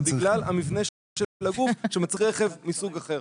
בגלל המבנה של הגוף שמצריך רכב מסוג אחר.